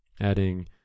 adding